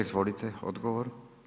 Izvolite, odgovor.